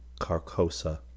Carcosa